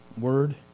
word